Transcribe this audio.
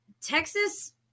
Texas